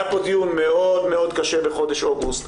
היה פה דיון מאוד מאוד קשה בחודש אוגוסט,